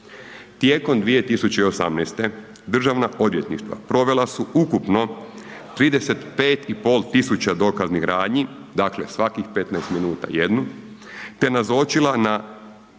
Tijekom 2018. državna odvjetništva provela su ukupno 35 i pol tisuća dokaznih radnji, dakle svakih 15 minuta jednu, te nazočila na